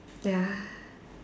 ya